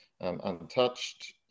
Untouched